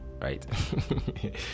right